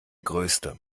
größte